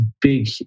big